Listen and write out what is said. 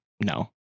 No